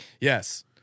Yes